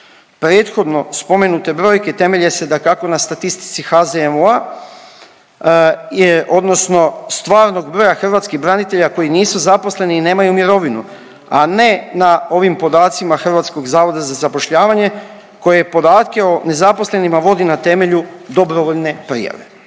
Prethodno spomenute brojke temelje se dakako na statistici HZMO-a odnosno stvarnog broja hrvatskih branitelja koji nisu zaposleni i nemaju mirovinu, a ne na ovim podacima Hrvatskog zavoda za zapošljavanje koje podatke o nezaposlenika vodi na temelju dobrovoljne prijave.